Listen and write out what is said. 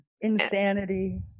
insanity